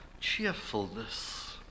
cheerfulness